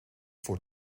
voor